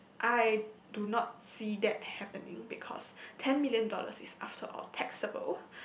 I do not see that happening because ten million dollars if after all taxable